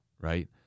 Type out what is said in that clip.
right